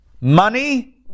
money